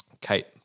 Kate